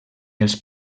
els